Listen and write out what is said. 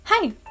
Hi